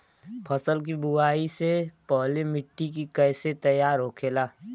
फसल की बुवाई से पहले मिट्टी की कैसे तैयार होखेला?